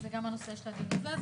וזה גם הנושא של הדיון הזה.